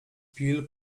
bill